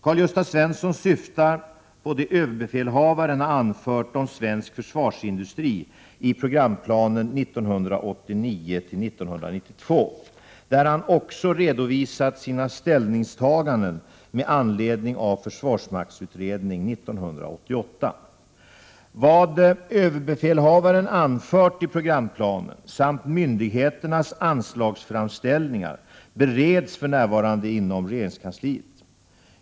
Karl-Gösta Svenson syftar på det överbefälhavaren har anfört om svensk försvarsindustri i programplanen 1989—1992, där han också redovisat sina ställningstaganden med anledning av Försvarsmaktsutredning 88. Vad överbefälhavaren anfört i programplanen samt myndigheternas anslagsframställningar bereds för närvarande inom regeringskansliet.